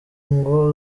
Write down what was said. ngo